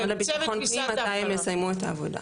לביטחון פנים מתי הם יסיימו את העבודה.